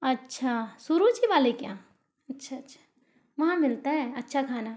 अच्छा सुरुचि वाले के यहाँ अच्छा अच्छा वहाँ मिलता हैं अच्छा खाना